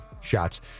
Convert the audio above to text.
Shots